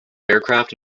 aircraft